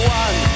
one